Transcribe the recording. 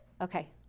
Okay